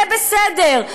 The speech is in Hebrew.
זה בסדר.